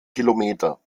kilometer